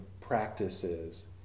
practices